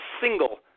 single